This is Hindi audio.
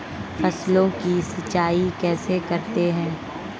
फसलों की सिंचाई कैसे करते हैं?